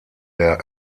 der